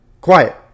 Quiet